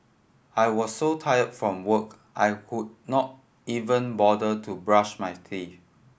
I was so tired from work I could not even bother to brush my teeth